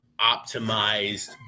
optimized